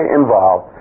involved